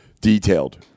detailed